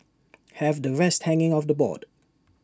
have the rest hanging off the board